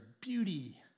beauty